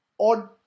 odd